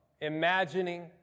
imagining